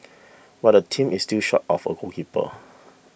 but the team is still short of a goalkeeper